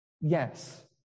Yes